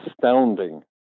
astounding